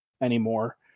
anymore